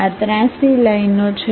આ ત્રાંસી લાઇનો છે